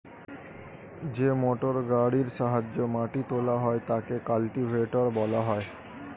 যে মোটরগাড়ির সাহায্যে মাটি তোলা হয় তাকে কাল্টিভেটর বলা হয়